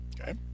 Okay